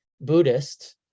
Buddhist